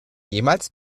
jemals